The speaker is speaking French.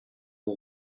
aux